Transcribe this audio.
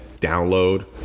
download